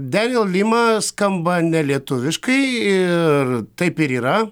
deniel lima skamba nelietuviškai ir taip ir yra